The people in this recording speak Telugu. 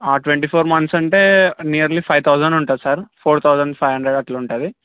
ట్వంటీ ఫోర్ మంత్స్ అంటే నియర్లీ ఫైవ్ థౌసండ్ ఉంటుంది sir four thousand five hundred అట్ల ఉంటుంది